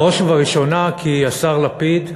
בראש ובראשונה כי השר לפיד,